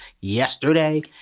yesterday